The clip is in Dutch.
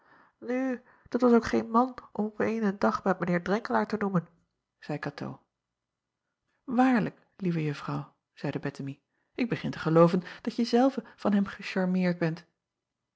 dat was ook geen man om op eenen dag met mijn eer renkelaer te noemen zeî atoo aarlijk lieve uffrouw zeide ettemie ik begin te gelooven dat je zelve van hem gecharmeerd bent